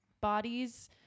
bodies